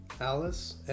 alice